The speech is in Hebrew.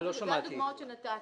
אלה הדוגמאות שנתתי.